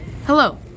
Hello